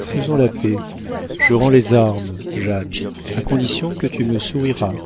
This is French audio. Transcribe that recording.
faisons la paix je rends les armes jeanne à condition que tu me souriras